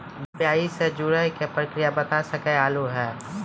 UPI से जुड़े के प्रक्रिया बता सके आलू है?